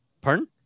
Pardon